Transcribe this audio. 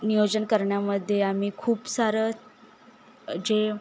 नियोजन करण्यामध्ये आम्ही खूप सारं जे